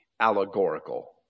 allegorical